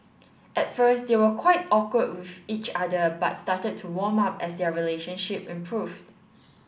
at first they were quite awkward with each other but started to warm up as their relationships improved